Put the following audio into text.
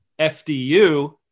FDU